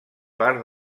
part